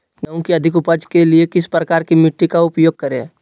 गेंहू की अधिक उपज के लिए किस प्रकार की मिट्टी का उपयोग करे?